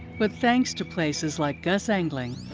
but thanks to places like gus engeling,